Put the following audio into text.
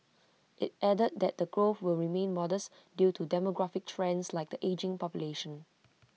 IT added that the growth will remain modest due to demographic trends like the ageing population